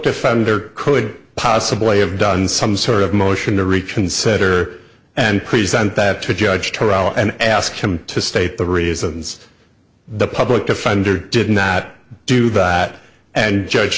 defender could possibly have done some sort of motion to reconsider and present that to a judge corral and ask him to state the reasons the public defender did not do that and judge